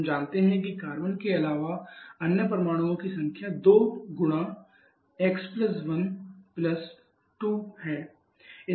हम जानते हैं कि कार्बन के अलावा अन्य परमाणुओं की संख्या 2 गुणा x12 है